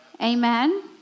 Amen